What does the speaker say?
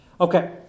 Okay